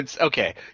Okay